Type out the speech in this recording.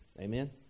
Amen